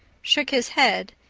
shook his head,